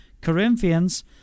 Corinthians